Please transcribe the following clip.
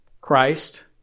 Christ